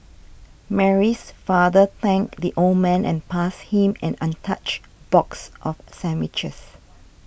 Mary's father thanked the old man and passed him an untouched box of sandwiches